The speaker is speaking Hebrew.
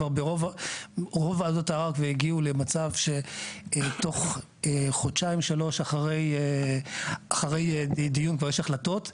רוב ועדות הערר הגיעו למצב שתוך חודשיים-שלושה אחרי דיון כבר יש החלטות.